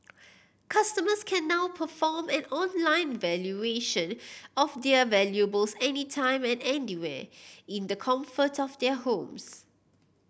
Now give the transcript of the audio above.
customers can now perform an online valuation of their valuables any time and anywhere in the comfort of their homes